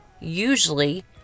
Usually